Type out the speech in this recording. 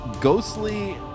ghostly